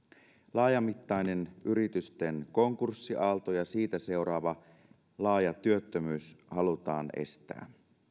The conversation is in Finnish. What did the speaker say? laajamittainen yritysten konkurssiaalto ja siitä seuraava laaja työttömyys halutaan estää